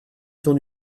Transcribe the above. ton